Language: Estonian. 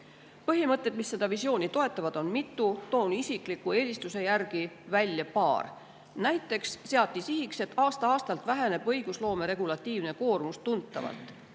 võimalik. Põhimõtteid, mis seda visiooni toetavad, on mitu. Toon isikliku eelistuse järgi välja paar. Näiteks seati sihiks, et aasta-aastalt väheneb õigusloome regulatiivne koormus tuntavalt: